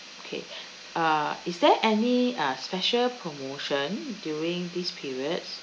okay uh is there any uh special promotion during this periods